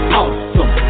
awesome